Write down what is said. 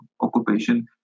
occupation